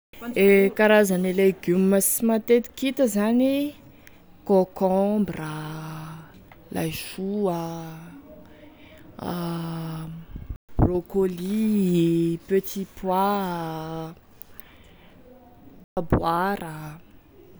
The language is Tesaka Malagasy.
E karazany e legioma sy matetiky hita zany, kôkômbra, laisoa, brocoli, petit pois, taboara.